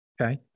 Okay